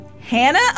Hannah